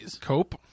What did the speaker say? cope